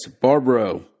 Barbro